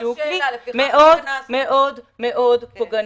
שהוא כלי מאוד מאוד מאוד פוגעני.